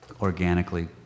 organically